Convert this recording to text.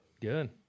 Good